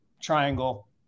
triangle